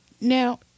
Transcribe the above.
Now